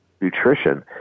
Nutrition